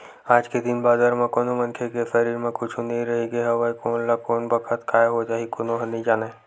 आज के दिन बादर म कोनो मनखे के सरीर म कुछु नइ रहिगे हवय कोन ल कोन बखत काय हो जाही कोनो ह नइ जानय